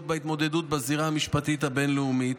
בהתמודדות בזירה המשפטית הבין-לאומית.